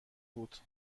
بود